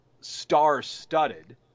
star-studded